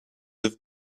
have